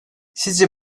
sizce